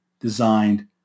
designed